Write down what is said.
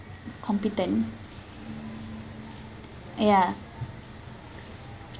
competent ya